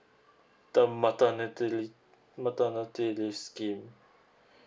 the maternity leave maternity leave scheme